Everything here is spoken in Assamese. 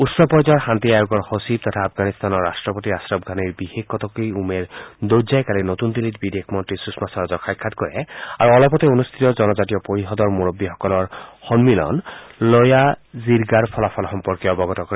উচ্চ পৰ্যায়ৰ শান্তি আয়োগৰ সচিব তথা আফগানিস্তানৰ ৰাট্টপতি আশ্ৰফ ঘানিৰ বিশেষ কটকী উমেৰ ডৌদজায়ে কালি নতুন দিল্লীত বিদেশ মন্ত্ৰী সূষমা স্বৰাজক সাক্ষাৎ কৰে আৰু অলপতে অনুষ্ঠিত জনজাতীয় পৰিষদৰ মুৰববীসকলৰ সন্মিলন লয়া জিৰ্গাৰ ফলাফল সম্পৰ্কে অৱগত কৰে